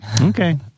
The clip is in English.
Okay